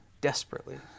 desperately